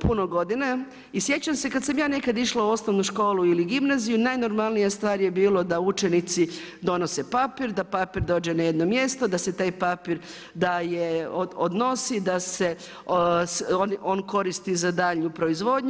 puno godina i sjećam se kada sam ja nekada išla u osnovnu školu ili gimnaziju najnormalnija stvar je bilo da učenici donose papir, da papir dođe na jedno mjesto, da se taj papir daje, odnosi, da se on koristi za daljnju proizvodnju.